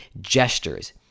gestures